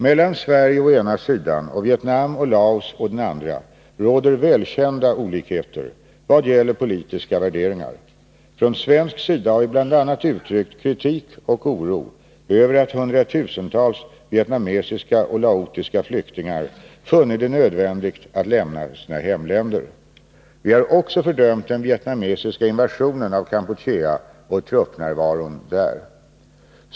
Mellan Sverige å ena sidan och Vietnam och Laos å den andra råder välkända olikheter i vad gäller politiska värderingar. Från svensk sida har vi bl.a. uttryckt kritik och oro över att hundratusentals vietnamesiska och laotiska flyktingar funnit det nödvändigt att lämna sina hemländer. Vi har också fördömt den vietnamesiska invasionen av Kampuchea och truppnärvaron där.